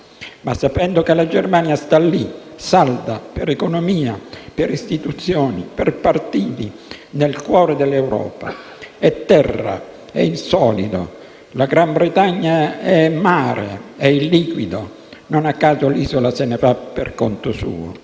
Ma sapendo che la Germania sta lì, salda, per economia, per istituzioni, per partiti, nel cuore dell'Europa. È terra, è il solido. La Gran Bretagna è il mare, è il liquido; non a caso, l'isola se ne va per conto suo.